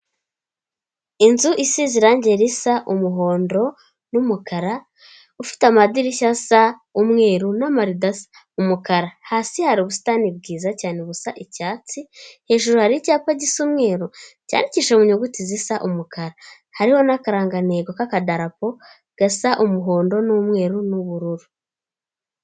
Inzu isize irangi risa umuhondo n'umukara ifite amadirishya asa umweru n'umukara hasi hari ubusitani bwiza cyane ubusa icyatsi hejuru hari icyapa gisa umweruru cyakishe mu nyuguti zisa umukara hariho n'akaranganeko k'akadarapo gasa umuhondo n'umweru n'ubururu.